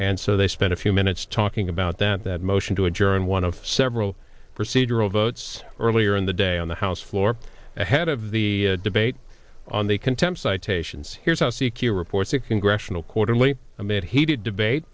and so they spent a few minutes talking about that that motion to adjourn one of several procedural votes earlier in the day on the house floor ahead of the debate on the contempt citations here's how c q reports a congressional quarterly amid heated debate